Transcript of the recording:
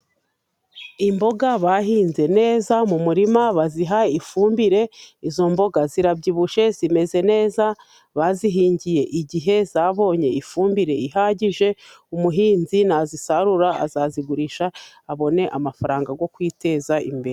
Imboga bahinze neza mu murima baziha ifumbire. Izo mboga zirabyibushye, zimeze neza bazihingiye igihe ,zabonye ifumbire ihagije, umuhinzi nazisarura azazigurisha, abone amafaranga yo kwiteza imbere.